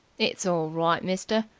it's all right, mister.